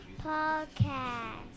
Podcast